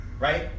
Right